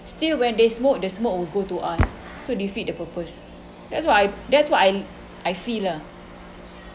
still when they smoke the smoke will go to us so defeat the purpose that's what I that's what I I feel lah